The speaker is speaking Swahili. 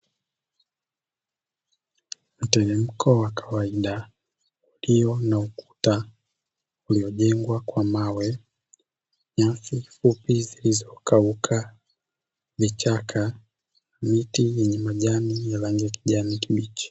Mteremko wa kawaida ulio na ukuta uliojengwa kwa mawe, nyasi fupi zilizo kauka, vichaka, miti yenye majani ya rangi ya kijani kibichi.